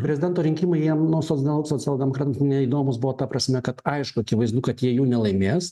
prezidento rinkimai jie nu social socialdemokratams neįdomūs buvo ta prasme kad aišku akivaizdu kad jie jų nelaimės